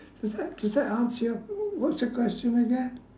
does that does that answer your what's the question again